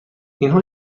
اینها